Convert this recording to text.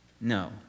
No